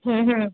হুম হুম